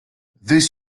this